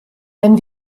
wenn